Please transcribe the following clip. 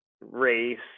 race